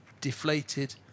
deflated